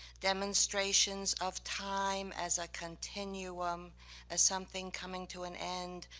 demonstrations of time as a continuum as something coming to an end,